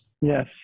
Yes